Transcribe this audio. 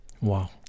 Wow